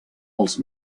els